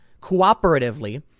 cooperatively